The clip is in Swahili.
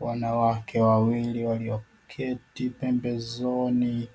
Wanawake wawili walioketi pembezoni